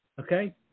Okay